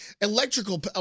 electrical